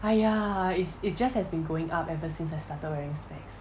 !aiya! it's it's just has been going up ever since I started wearing specs